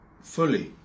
fully